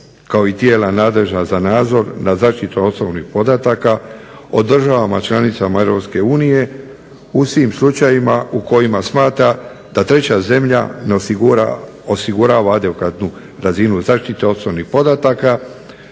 kao i tijela nadležna za nadzor nad zaštitom osobnih podataka o državama članicama EU u svim slučajevima u kojima smatra da treća zemlja ne osigurava adekvatnu razinu zaštite osobnih podatka,